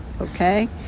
okay